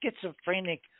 schizophrenic